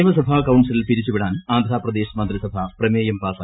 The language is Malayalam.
നിയമസഭാ കൌൺസിൽ പിരിച്ചുവിടാൻ ആന്ധ്രാപ്രദേശ് മന്ത്രിസഭ പ്രമേയം പാസാക്കി